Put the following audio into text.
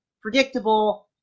predictable